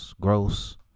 Gross